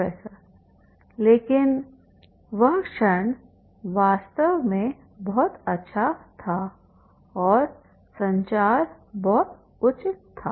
professor लेकिन वह क्षण वास्तव में बहुत अच्छा था और संचार बहुत उचित था